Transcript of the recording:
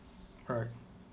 alright